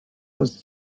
was